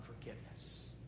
forgiveness